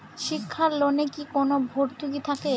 শিক্ষার লোনে কি কোনো ভরতুকি থাকে?